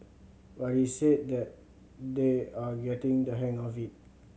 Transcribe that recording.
but he said that they are getting the hang of it